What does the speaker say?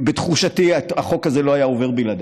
שבתחושתי החוק הזה לא היה עובר בלעדיו,